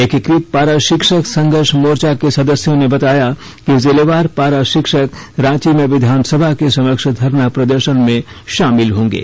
एकीकृत पारा शिक्षक संघर्ष मोर्चा के सदस्यों ने बताया कि जिलेवार पारा शिक्षक रांची में विधानसभा के समक्ष धरना प्रदर्शन में शामिल होंगे